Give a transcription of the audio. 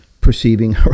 perceiving